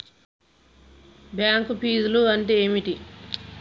Bank ఫీజ్లు అంటే ఏమిటి?